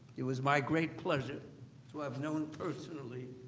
it was my great pleasure to have known personally,